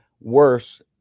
worse